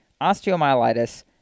osteomyelitis